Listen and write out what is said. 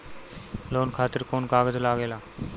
Loan खातिर कौन कागज लागेला?